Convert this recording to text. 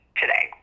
today